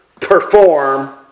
perform